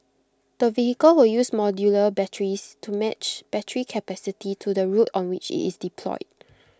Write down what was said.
the vehicle will use modular batteries to match battery capacity to the route on which IT is deployed